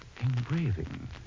Engraving